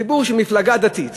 חיבור של מפלגה דתית